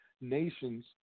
nations